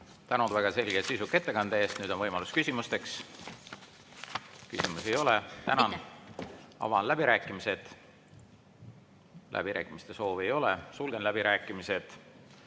Tänud väga selge ja sisuka ettekande eest! Nüüd on võimalus küsida. Küsimusi ei ole. Tänan! Avan läbirääkimised. Läbirääkimiste soovi ei ole, sulgen läbirääkimised.